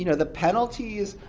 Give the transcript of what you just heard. you know the penalties,